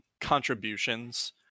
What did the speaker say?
contributions